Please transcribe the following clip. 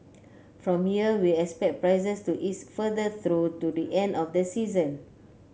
from here we expect prices to ease further through to the end of the season